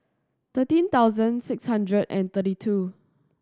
thirteen thousand six hundred and thirty two